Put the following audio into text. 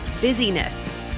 busyness